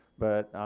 but